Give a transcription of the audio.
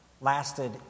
lasted